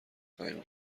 خواهیم